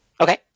Okay